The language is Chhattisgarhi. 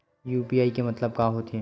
यू.पी.आई के मतलब का होथे?